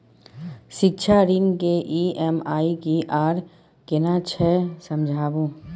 शिक्षा ऋण के ई.एम.आई की आर केना छै समझाबू?